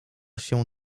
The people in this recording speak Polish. się